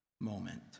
moment